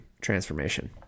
transformation